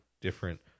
different